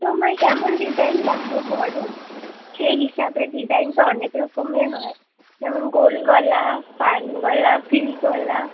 তোমার কেমন ডিজাইন লাগবে বলো সেই হিসাবে ডিজাইন তো অনেক রকমের হয় যেমন গোল গলা পান গলা ভি গলা